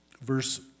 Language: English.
verse